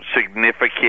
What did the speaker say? significant